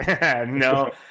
No